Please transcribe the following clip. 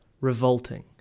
Revolting